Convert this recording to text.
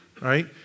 right